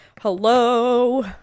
Hello